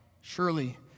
surely